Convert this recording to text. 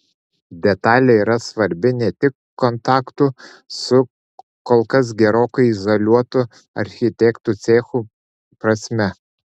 detalė yra svarbi ne tik kontaktų su kol kas gerokai izoliuotu architektų cechu prasme